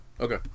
Okay